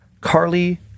Carly